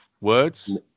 words